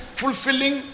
fulfilling